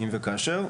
אם וכאשר.